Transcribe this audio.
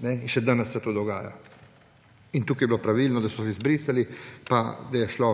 In še danes se to dogaja in tukaj je bilo pravilno, da so izbrisali in da je šlo,